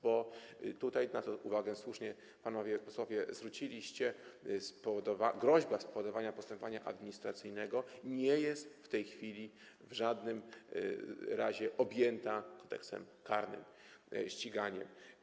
Bo tutaj na to słusznie panowie posłowie zwróciliście uwagę, groźba spowodowania postępowania administracyjnego nie jest w tej chwili w żadnym razie objęta Kodeksem karnym, ściganiem.